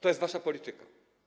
To jest wasza polityka.